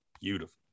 Beautiful